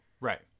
Right